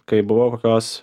kai buvau kokios